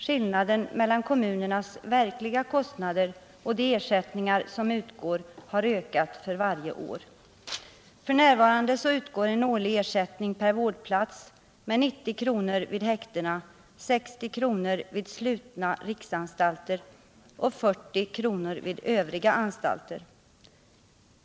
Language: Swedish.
Skillnaden mellan kommunernas verkliga kostnader och de ersättningar som utgår har ökat för varje år. F. n. utgår en årlig ersättning per vårdplats med 90 kr. vid häktena, 60 kr. vid slutna riksanstalter och 40 kr. vid övriga anstalter.